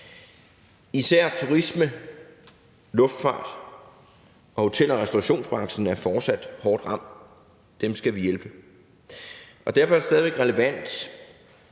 Især turisme-, luftfarts-, hotel- og restaurationsbranchen er fortsat hårdt ramt. Dem skal vi hjælpe. Derfor er det stadig væk relevant